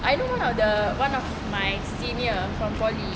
I know one of the one of my senior from poly